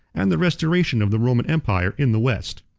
and the restoration of the roman empire in the west.